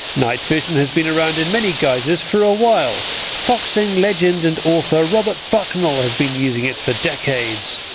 night vision has been around in many guises for a while foxing legend and author robert bucknell has been using it for decades.